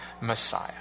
Messiah